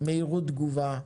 מהירות תגובה,